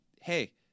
hey